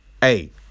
hey